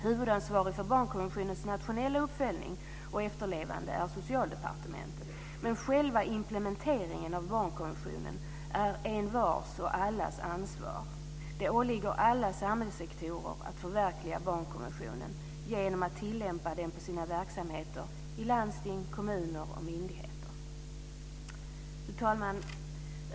Huvudansvarig för barnkonventionens nationella uppföljning och efterlevande är Socialdepartementet. Men själva implementeringen av barnkonventionen är envars och allas ansvar. Det åligger alla samhällssektorer att förverkliga barnkonventionen genom att tillämpa den på sina verksamheter i landsting, kommuner och myndigheter. Fru talman!